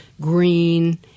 green